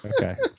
Okay